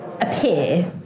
appear